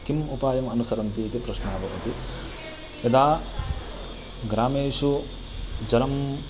किम् उपायम् अनुसरन्ति इति प्रश्नः भवति यदा ग्रामेषु जलम्